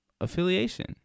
affiliation